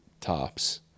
tops